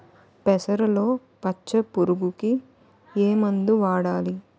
పెసరలో పచ్చ పురుగుకి ఏ మందు వాడాలి?